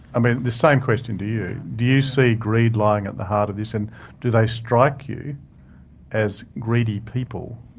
i mean, the same question to you, do you see greed lying at the heart of this and do they strike you as greedy people?